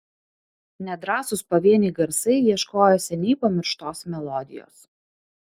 nedrąsūs pavieniai garsai ieškojo seniai pamirštos melodijos